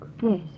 Yes